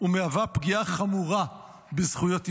ומהווה פגיעה חמורה בזכויות יסוד,